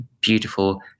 beautiful